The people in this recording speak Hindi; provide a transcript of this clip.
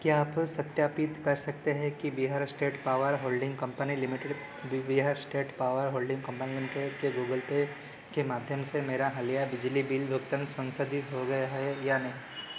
क्या आप सत्यापित कर सकते हैं कि Bihar state power holding company limited बि Bihar state power holding company limited के गूगल पे के माध्यम से मेरा हालिया बिजली बिल भुगतान संसाधित हो गया है या नहीं